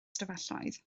ystafelloedd